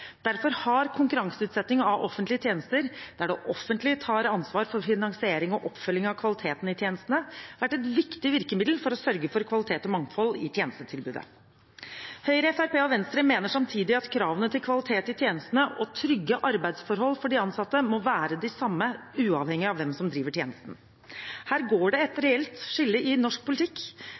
Derfor har konkurranseutsetting av offentlige tjenester, der det offentlige tar ansvar for finansiering og oppfølging av kvaliteten i tjenestene, vært et viktig virkemiddel for å sørge for kvalitet og mangfold i tjenestetilbudet. Høyre, Fremskrittspartiet og Venstre mener samtidig at kravene til kvalitet i tjenestene og trygge arbeidsforhold for de ansatte må være de samme, uavhengig av hvem som driver tjenesten. Her går det et reelt skille i norsk politikk